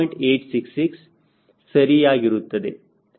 866 ಸರಿಯಾಗಿರುತ್ತದೆ